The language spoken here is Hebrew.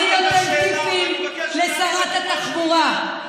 אני נותן טיפים לשרת התחבורה,